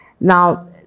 Now